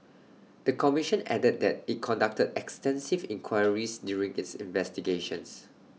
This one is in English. the commission added that IT conducted extensive inquiries during its investigations